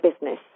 business